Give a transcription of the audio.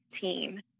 team